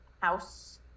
House